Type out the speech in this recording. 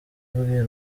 abwira